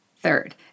Third